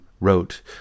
wrote